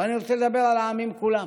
אבל אני רוצה לדבר על העמים כולם,